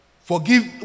Forgive